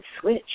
switch